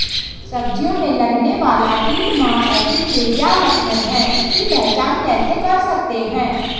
सब्जियों में लगने वाला कीट माह एफिड के क्या लक्षण हैं इसकी पहचान कैसे कर सकते हैं?